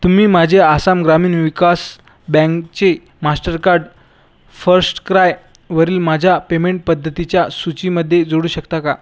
तुम्ही माझे आसाम ग्रामीण विकास बँकेचे मास्टरकार्ड फर्स्टक्रायवरील माझ्या पेमेंट पद्धतीच्या सूचीमध्ये जोडू शकता का